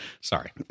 Sorry